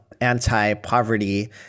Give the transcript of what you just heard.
anti-poverty